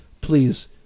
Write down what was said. please